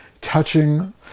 touching